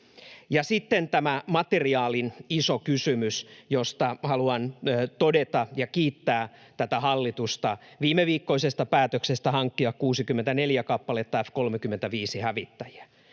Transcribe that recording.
sitten tämä materiaalin iso kysymys: Haluan kiittää hallitusta viimeviikkoisesta päätöksestä hankkia 64 kappaletta F-35-hävittäjiä.